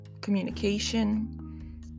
communication